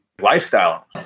lifestyle